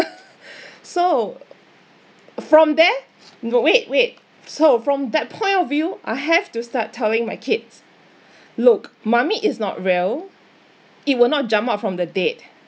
so from there got wait wait so from that point of view I have to start telling my kids look mummy is not real it will not jump out from the dead